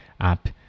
app